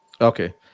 Okay